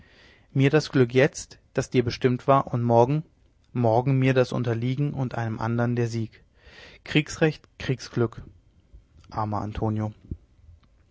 mir das glück jetzt das dir bestimmt war und morgen morgen mir das unterliegen und einem andern der sieg kriegsrecht kriegsglück armer antonio